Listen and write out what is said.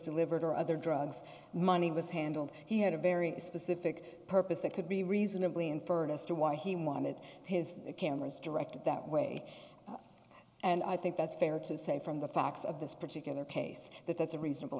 delivered or other drugs money was handled he had a very specific purpose that could be reasonably inferred as to why he wanted his cameras directed that way and i think that's fair to say from the facts of this particular case that that's a reasonable